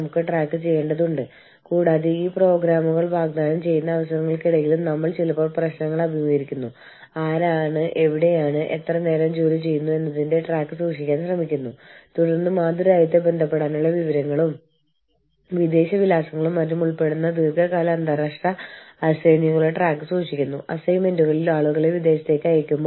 നമ്മൾ സംസാരിക്കുന്നത് ആതിഥേയ രാജ്യത്തിനുള്ളിലെയും വിദേശ രാജ്യത്തിനുള്ളിൽ നിന്ന് ആളുകൾ കുടിയേറുന്നതും ഓർഗനൈസേഷൻ പ്രവർത്തിക്കുന്ന മാതൃരാജ്യത്തിനുള്ളിലെയും ഏത് പ്രവർത്തന ഘട്ടത്തിലാണ് ഓർഗനൈസേഷൻ എന്നതുപോലുള്ള കാര്യങ്ങളിലുള്ള സർക്കാർ നിയന്ത്രണങ്ങളെക്കുറിച്ചാണ് നമ്മൾ സംസാരിക്കുന്നത്